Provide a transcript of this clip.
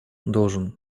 должен